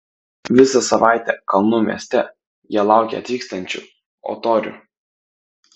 visą savaitę kalnų mieste jie laukė atvykstančių o torių